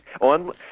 On